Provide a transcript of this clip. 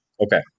Okay